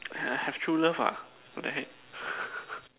have true love ah what the heck